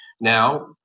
Now